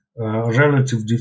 Relative